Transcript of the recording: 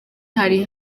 hari